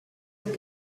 and